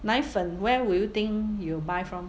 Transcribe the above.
奶粉 where would you think you buy from